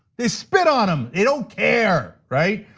they spit on them. they don't care, right?